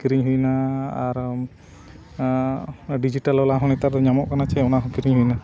ᱠᱤᱨᱤᱧ ᱦᱩᱭᱮᱱᱟ ᱟᱨ ᱰᱤᱡᱤᱴᱟᱞ ᱵᱟᱞᱟ ᱦᱚᱸ ᱱᱮᱛᱟᱨ ᱫᱚ ᱧᱟᱢᱚᱜ ᱠᱟᱱᱟ ᱥᱮ ᱚᱱᱟ ᱦᱚᱸ ᱠᱤᱨᱤᱧ ᱦᱩᱭᱮᱱᱟ